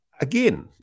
again